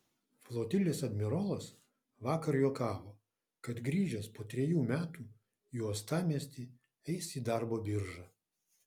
flotilės admirolas vakar juokavo kad grįžęs po trejų metų į uostamiestį eis į darbo biržą